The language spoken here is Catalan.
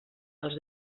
als